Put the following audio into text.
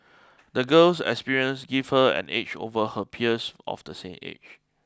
the girl's experiences give her an edge over her peers of the same age